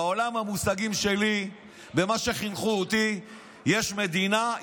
בעולם המושגים שלי ולפי מה שחינכו אותי יש מדינה,